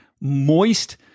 moist